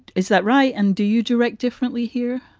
is that right? and do you direct differently here?